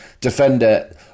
defender